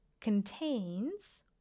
contains